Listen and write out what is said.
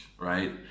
right